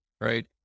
right